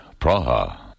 Praha